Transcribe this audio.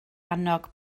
annog